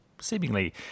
seemingly